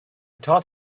thought